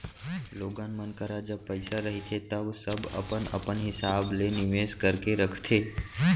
लोगन मन करा जब पइसा रहिथे तव सब अपन अपन हिसाब ले निवेस करके रखथे